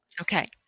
Okay